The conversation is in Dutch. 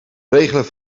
regelen